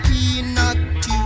Peanut